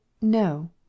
no